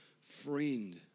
friend